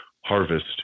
harvest